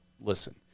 listen